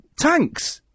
Tanks